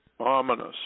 ominous